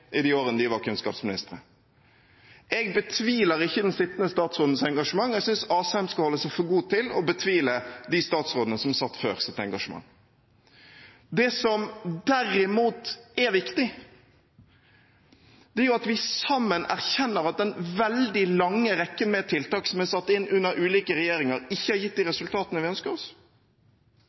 i de årene de var kunnskapsministre. Jeg betviler ikke den sittende statsrådens engasjement, og jeg synes Asheim skal holde seg for god til å betvile engasjementet til de statsrådene som satt før. Det som derimot er viktig, er at vi sammen erkjenner at den veldig lange rekken med tiltak som er satt inn under ulike regjeringer, ikke har gitt de resultatene vi ønsker oss.